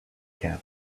camp